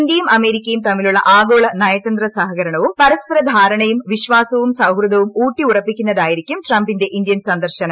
ഇന്ത്യയും അമേരിക്കയും തമ്മിലുള്ള ആഗോള നയതന്ത്ര സഹകരണവും പരസ്പര ധാരണയും വിശ്വാസവും സൌഹൃദവും ഊട്ടിഉറപ്പിക്കുന്നതായിരിക്കും ട്രംപിന്റെ ഇന്ത്യൻ സന്ദർശനം